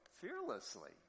fearlessly